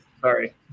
Sorry